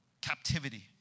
captivity